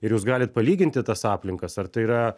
ir jūs galit palyginti tas aplinkas ar tai yra